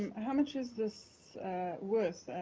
and how much is this worth,